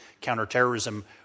counterterrorism